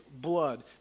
blood